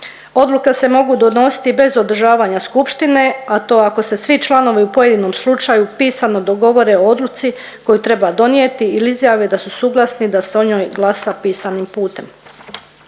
Odluke se mogu donositi bez održavanja skupštine, a to ako se svi članovi u pojedinom slučaju pisano dogovore o odluci koju treba donijeti ili izjave da su suglasni da se o njoj glasa pisanim putem.